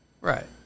Right